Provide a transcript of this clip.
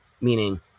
Meaning